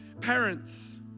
parents